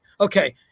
Okay